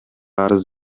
арыз